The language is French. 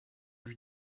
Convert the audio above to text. lui